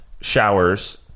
showers